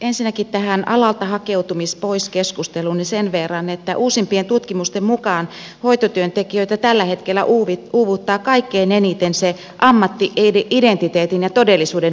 ensinnäkin tähän keskusteluun alalta poishakeutumisesta sen verran että uusimpien tutkimusten mukaan hoitotyöntekijöitä tällä hetkellä uuvuttaa kaikkein eniten se ammatti identiteetin ja todellisuuden välinen ristiriita